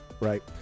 right